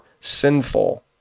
sinful